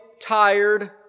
tired